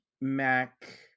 Mac